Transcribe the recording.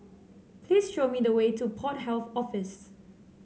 please show me the way to Port Health Office